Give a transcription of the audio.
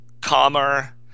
calmer